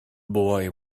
boy